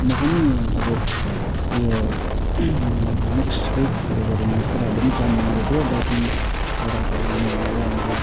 म पनि अब यो नेक्स्ट विकहरूभरिमा यहाँ केटाहरूले प्लान बनाउँदै थियो बाइकिङ लद्दाखहरू जाने भनेर अन्त